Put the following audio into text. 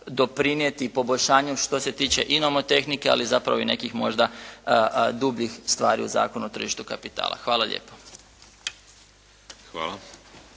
doprinijeti poboljšanju što se tiče i nomotehnike, ali zapravo i nekih možda dubljih stvari u Zakonu o tržištu kapitala. Hvala lijepo.